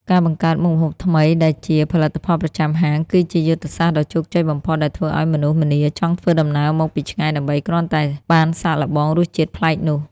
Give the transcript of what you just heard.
ការបង្កើតមុខម្ហូបថ្មីដែលជា "ផលិតផលប្រចាំហាង" គឺជាយុទ្ធសាស្ត្រដ៏ជោគជ័យបំផុតដែលធ្វើឱ្យមនុស្សម្នាចង់ធ្វើដំណើរមកពីឆ្ងាយដើម្បីគ្រាន់តែបានសាកល្បងរសជាតិប្លែកនោះ។